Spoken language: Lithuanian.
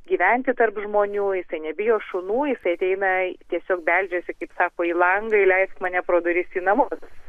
gyventi tarp žmonių jisai nebijo šunų jisai ateina tiesiog beldžiasi kaip sako į langą įleisk mane pro duris į namus